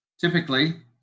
Typically